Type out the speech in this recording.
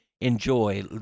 Enjoy